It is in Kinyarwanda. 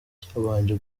cyabanje